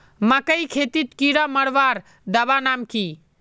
मकई खेतीत कीड़ा मारवार दवा नाम की?